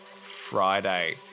Friday